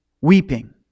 weeping